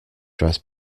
dress